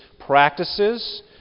Practices